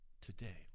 today